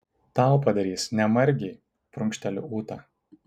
tau padarys ne margei prunkšteli ūta